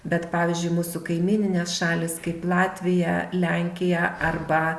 bet pavyzdžiui mūsų kaimyninės šalys kaip latvija lenkija arba